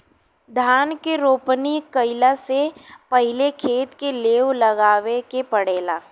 धान के रोपनी कइला से पहिले खेत के लेव लगावे के पड़ेला